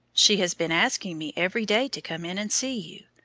she has been asking me every day to come in and see you.